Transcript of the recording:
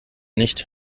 nicht